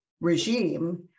regime